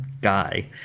guy